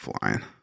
flying